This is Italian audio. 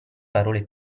parole